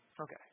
Okay